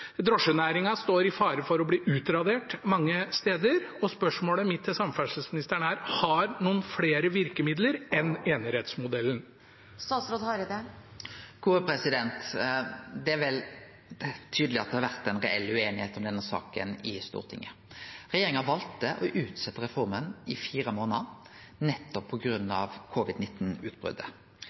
står i fare for å bli utradert mange steder. Spørsmålet mitt til samferdselsministeren er: Har en flere virkemidler enn enerettsmodellen? Det er vel tydeleg at det har vore ei reell ueinigheit om denne saka i Stortinget. Regjeringa valde å utsetje reforma i fire månader på grunn av covid-19-utbrotet. Nettopp